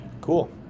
cool